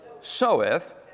soweth